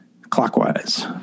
clockwise